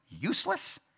useless